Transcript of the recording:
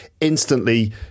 instantly